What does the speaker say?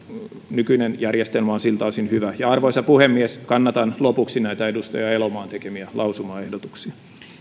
nykyinen järjestelmä on siltä osin hyvä arvoisa puhemies kannatan lopuksi näitä edustaja elomaan tekemiä lausumaehdotuksia